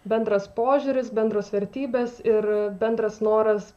bendras požiūris bendros vertybės ir bendras noras